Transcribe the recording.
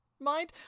mind